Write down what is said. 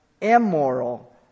immoral